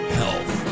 health